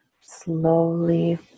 slowly